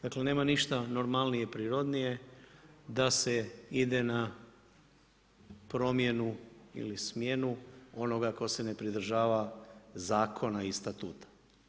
Dakle, nema ništa normalnije i prirodnije da se ide na promjenu ili smjenu onoga tko se ne pridržava zakona i Statuta.